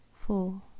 four